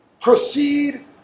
proceed